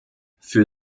für